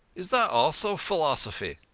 is that also pheelosophy?